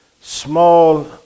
small